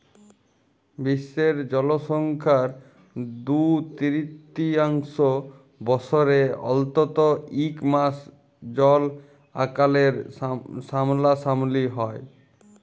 বিশ্বের জলসংখ্যার দু তিরতীয়াংশ বসরে অল্তত ইক মাস জল আকালের সামলাসামলি হ্যয়